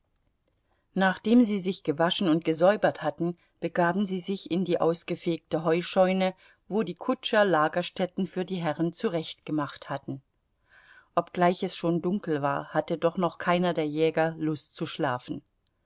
nachdem sie sich gewaschen und gesäubert hatten begaben sie sich in die ausgefegte heuscheune wo die kutscher lagerstätten für die herren zurechtgemacht hatten obgleich es schon dunkel war hatte doch noch keiner der jäger lust zu schlafen